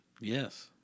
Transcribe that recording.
Yes